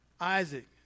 Isaac